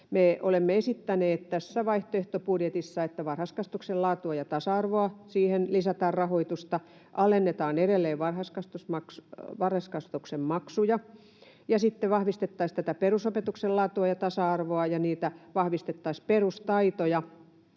olemme esittäneet tässä vaihtoehtobudjetissa, että varhaiskasvatuksen laatuun ja tasa-arvoon lisätään rahoitusta ja alennetaan edelleen varhaiskasvatuksen maksuja. Sitten vahvistettaisiin perusopetuksen laatua ja tasa-arvoa ja vahvistettaisiin